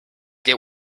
get